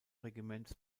regiments